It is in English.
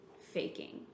faking